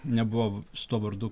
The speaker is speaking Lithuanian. nebuvo su tuo vardu